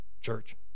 Church